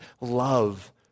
love